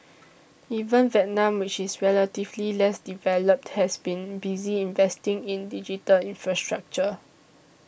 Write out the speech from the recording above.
even Vietnam which is relatively less developed has been busy investing in digital infrastructure